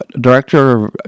Director